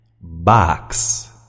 Box